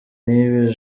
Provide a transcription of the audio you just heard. niyibizi